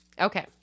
Okay